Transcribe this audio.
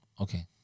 okay